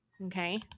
okay